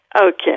okay